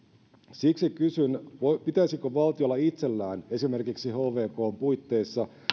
siksi kysyn pitäisikö valtiolla itsellään esimerkiksi hvkn puitteissa